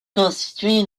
constituée